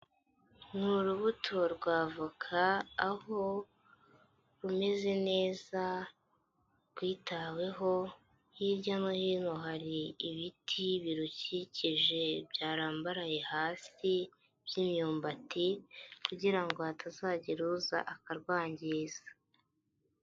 Ni urubuto rw'avoka aho rumeze neza rwitaweho, hirya no hino hari ibiti birukikije byarambaraye hasi by'imyumbati, kugira ngo hatazagira uza akarwangiza.